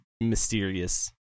mysterious